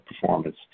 performance